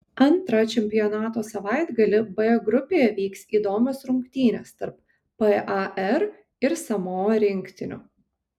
antrą čempionato savaitgalį b grupėje vyks įdomios rungtynės tarp par ir samoa rinktinių